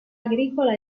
agricola